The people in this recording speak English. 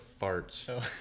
farts